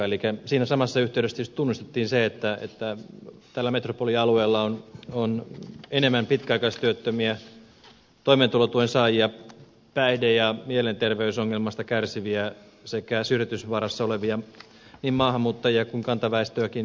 siinä samassa yhteydessä tietysti tunnustettiin se että tällä metropolialueella on enemmän pitkäaikaistyöttömiä toimeentulotuen saajia päihde ja mielenterveysongelmista kärsiviä sekä syrjäytymisvaarassa olevia ja asunnottomia niin maahanmuuttajia kuin kantaväestöäkin